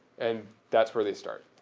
and that's where they start.